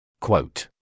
Quote